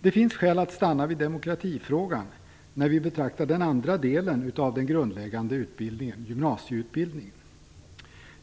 Det finns skäl att stanna vid demokratifrågan när vi betraktar den andra delen av den grundläggande utbildningen, gymnasieutbildningen.